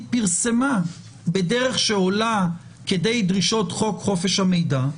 פרסמה בדרך שעולה כדי דרישות חוק חופש המידע,